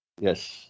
Yes